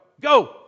Go